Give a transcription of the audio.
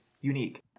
unique